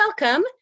welcome